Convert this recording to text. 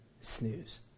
snooze